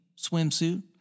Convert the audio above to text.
swimsuit